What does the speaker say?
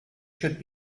should